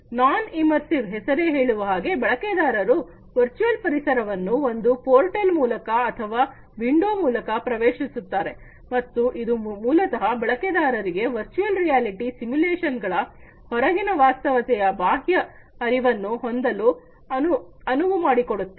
ನಾನ್ immersive ಹೆಸರೇ ಹೇಳುವ ಹಾಗೆ ಬಳಕೆದಾರರು ವರ್ಚುವಲ್ ಪರಿಸರವನ್ನು ಒಂದು ಪೋರ್ಟಲ್ ಮೂಲಕ ಅಥವಾ ವಿಂಡೋ ಮೂಲಕ ಪ್ರವೇಶಿಸುತ್ತಾರೆ ಮತ್ತು ಇದು ಮೂಲತಃ ಬಳಕೆದಾರರಿಗೆ ವರ್ಚುವಲ್ ರಿಯಾಲಿಟಿ ಸಿಮ್ಯುಲೇಶನ್ಗಳ ಹೊರಗಿನ ವಾಸ್ತವತೆಯ ಬಾಹ್ಯ ಅರಿವನ್ನು ಹೊಂದಲು ಅನುವು ಮಾಡಿಕೊಡುತ್ತದೆ